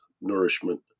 nourishment